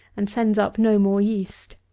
and sends up no more yeast.